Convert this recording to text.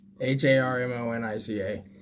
H-A-R-M-O-N-I-C-A